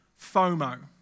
FOMO